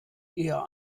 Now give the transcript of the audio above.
eher